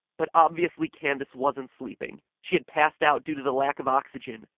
but obviously, candace wasn't sleeping. she had passed out due to the lack of oxygen.